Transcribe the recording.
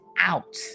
out